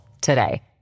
today